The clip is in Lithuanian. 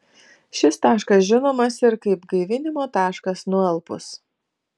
šis taškas žinomas ir kaip gaivinimo taškas nualpus